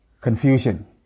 confusion